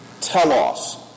telos